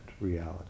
reality